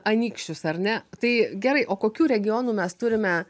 anykščius ar ne tai gerai o kokių regionų mes turime